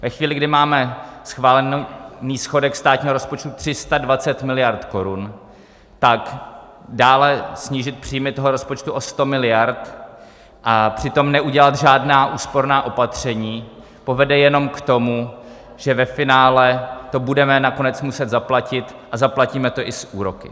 Ve chvíli, kdy máme schválený schodek státního rozpočtu 320 miliard korun, tak dále snížit příjmy toho rozpočtu o 100 miliard a přitom neudělat žádná úsporná opatření povede jenom k tomu, že ve finále to budeme nakonec muset zaplatit, a zaplatíme to i s úroky.